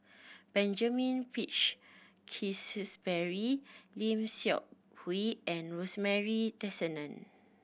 Benjamin Peach Keasberry Lim Seok Hui and Rosemary Tessensohn